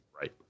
Right